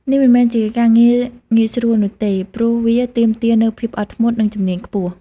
នេះមិនមែនជាការងារងាយស្រួលនោះទេ ព្រោះវាទាមទារនូវភាពអត់ធ្មត់ និងជំនាញខ្ពស់។